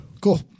cool